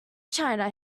china